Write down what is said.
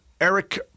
eric